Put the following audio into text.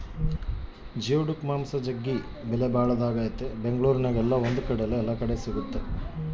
geoduck ಮಾಂಸ ಜಗ್ಗಿ ಬೆಲೆಬಾಳದಾಗೆತೆ ಬೆಂಗಳೂರಿನ್ಯಾಗ ಏಲ್ಲೊ ಒಂದು ಕಡೆ ಇದು ಸಿಕ್ತತೆ